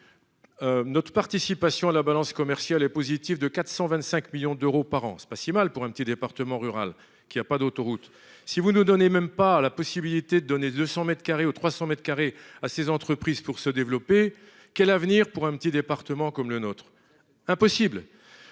Notre participation à la balance commerciale est positive de 425 millions d'euros par an. C'est pas si mal pour un petit département rural qui a pas d'autoroutes. Si vous nous donnez même pas la possibilité donnée 200 m2 aux 300 m2 à ces entreprises pour se développer. Quel avenir pour un petit département comme le nôtre. Impossible.